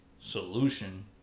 solution